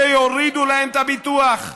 שיורידו להם את הביטוח.